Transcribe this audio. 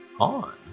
on